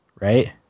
right